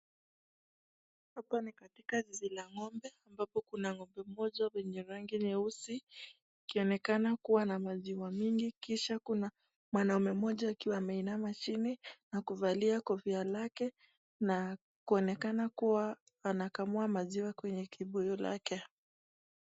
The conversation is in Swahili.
Hapa ni katika zizi la ng'ombe ambapo kuna ng'ombe mmoja mwenye rangi nyeusi, akionekana kuwa na maziwa mingi. Kisha kuna mwanaume mmoja akiwa ameinama chini na kuvalia kofia lake na kuonekana kuwa anakamua maziwa kwenye kibuyu lake.